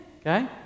Okay